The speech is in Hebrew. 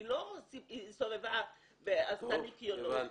היא לא הסתובבה ועשתה ניקיונות.